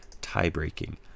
tie-breaking